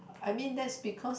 I mean that is because